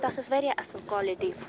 تَتھ ٲسۍ واریاہ اصٕل کوالٹی